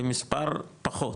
במספר פחות,